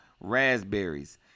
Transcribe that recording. raspberries